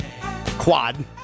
quad